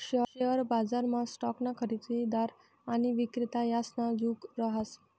share बजारमा स्टॉकना खरेदीदार आणि विक्रेता यासना जुग रहास